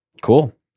Cool